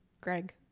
Greg